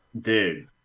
Dude